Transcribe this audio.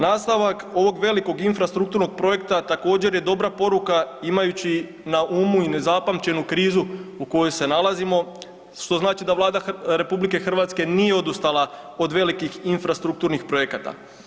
Nastavak ovog velikog infrastrukturnog projekta također je dobra poruka imajući na umu i nezapamćenu krizu u kojoj se nalazimo što znači da Vlada Republike Hrvatske nije odustala od velikih infrastrukturnih projekata.